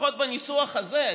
לפחות בניסוח הזה,